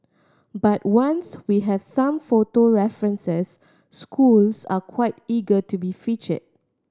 but once we have some photo references schools are quite eager to be featured